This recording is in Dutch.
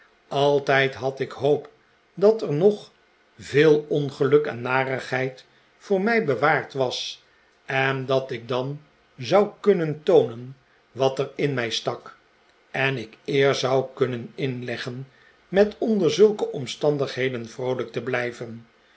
altijd had ik hoop dat er nog veel ongeluk en narigheid voor mij bewaard was en dat ik dan zou kunnen toonen wat er in mij stak en ik eer zou kunnen inleggen met onder zulke omstandigheden vroolijk te blijven